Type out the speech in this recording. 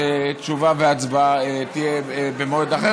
שתשובה והצבעה יהיו במועד אחר,